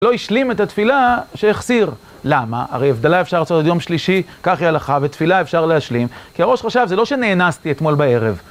לא השלים את התפילה שהחסיר, למה? הרי הבדלה אפשר לעשות עד יום שלישי, כך יהיה הלכה, ותפילה אפשר להשלים. כי הראש חשב, זה לא שנאנסתי אתמול בערב.